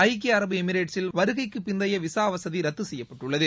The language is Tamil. ஐக்கிய அரபு எமிரேட்டில் வருகைக்கு பிந்தைய விசா வசதி ரத்து செய்யப்பட்டுள்ளது